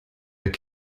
der